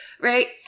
Right